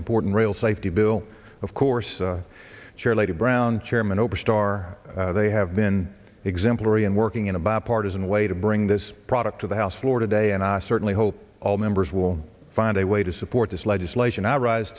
important rail safety bill of course charlie brown chairman oberstar they have been exemplary and working in a bipartisan way to bring this product to the house floor today and i certainly hope all members will find a way to support this legislation i rise